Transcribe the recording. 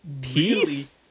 peace